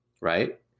right